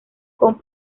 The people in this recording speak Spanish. con